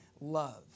love